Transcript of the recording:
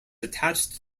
attached